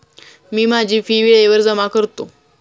मी माझी फी वेळेवर जमा करतो